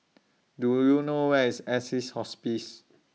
Do YOU know Where IS Assisi's Hospice